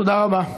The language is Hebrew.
תודה רבה.